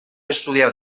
estudiar